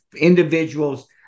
individuals